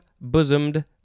bosomed